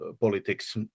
politics